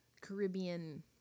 Caribbean